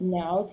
now